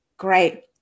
great